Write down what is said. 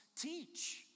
teach